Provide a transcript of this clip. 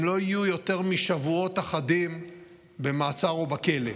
הם לא יהיו יותר משבועות אחדים במעצר או בכלא.